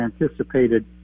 anticipated